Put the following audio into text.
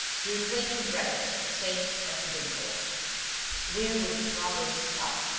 he replaced the bracket, saying, as he did so where will progress stop?